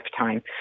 lifetime